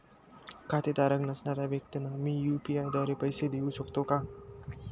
खातेधारक नसणाऱ्या व्यक्तींना मी यू.पी.आय द्वारे पैसे देऊ शकतो का?